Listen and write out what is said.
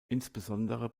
insbesondere